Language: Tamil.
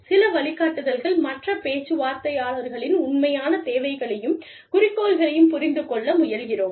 சில வழிகாட்டுதல்கள் மற்ற பேச்சுவார்த்தையாளர்களின் உண்மையான தேவைகளையும் குறிக்கோள்களையும் புரிந்துகொள்ள முயல்கிறோம்